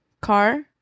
car